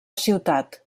ciutat